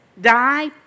Die